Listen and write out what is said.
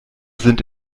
sind